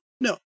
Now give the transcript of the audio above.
no